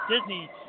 Disney